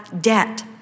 debt